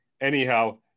Anyhow